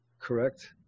Correct